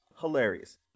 Hilarious